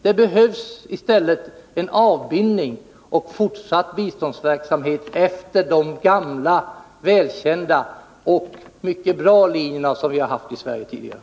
Det behövs i stället en avbindning och fortsatt biståndsverksamhet efter de gamla välkända och mycket goda linjer som Sverige har tillämpat tidigare.